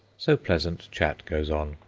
so pleasant chat goes on,